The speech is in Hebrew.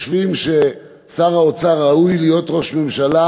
שחושבים ששר האוצר ראוי להיות ראש ממשלה